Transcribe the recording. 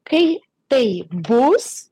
kai tai bus